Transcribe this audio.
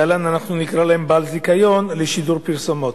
להלן אנחנו נקרא להם "בעלי זיכיון" לשידור פרסומות.